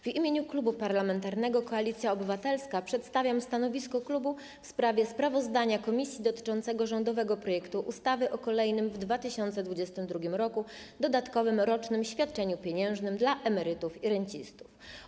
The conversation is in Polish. W imieniu Klubu Parlamentarnego Koalicja Obywatelska przedstawiam stanowisko klubu w sprawie sprawozdania komisji dotyczącego rządowego projektu ustawy o kolejnym w 2022 r. dodatkowym rocznym świadczeniu pieniężnym dla emerytów i rencistów.